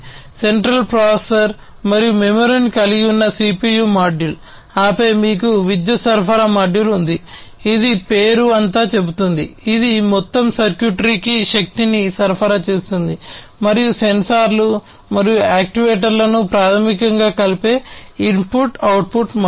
central processor మరియు మెమొరీని కలిగి ఉన్న సిపియు మాడ్యూల్ ఆపై మీకు విద్యుత్ సరఫరా మాడ్యూల్ ఉంది ఇది పేరు అంతా చెబుతుంది ఇది మొత్తం సర్క్యూట్రీకి శక్తిని సరఫరా చేస్తుంది మరియు సెన్సార్లు మరియు యాక్యుయేటర్లను ప్రాథమికంగా కలిపే ఇన్పుట్ అవుట్పుట్ మాడ్యూల్